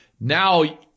now